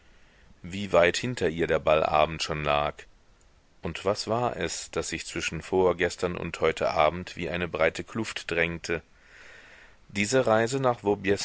wie weit hinter ihr der ballabend schon lag und was war es das sich zwischen vorgestern und heute abend wie eine breite kluft drängte diese reise nach